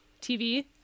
TV